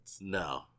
No